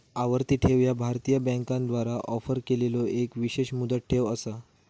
आवर्ती ठेव ह्या भारतीय बँकांद्वारा ऑफर केलेलो एक विशेष मुदत ठेव असा